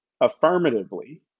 affirmatively